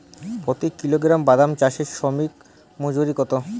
প্রতি কিলোগ্রাম বাদাম চাষে শ্রমিক মজুরি কত?